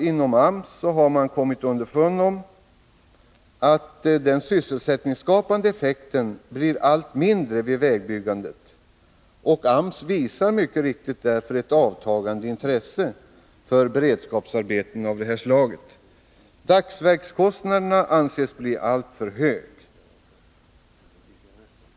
Inom AMS har man kommit underfund med att den sysselsättningsskapande effekten blir allt mindre vid vägbyggande, och AMS visar därför mycket riktigt ett avtagande intresse för beredskapsarbeten av detta slag. Dagsverkskostnaderna anses bli alltför höga.